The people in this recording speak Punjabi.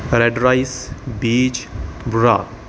ਰੈਡ ਰਾਈਸ ਬੀਜ ਬੂਰਾ